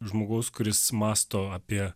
žmogaus kuris mąsto apie